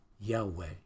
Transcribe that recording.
Yahweh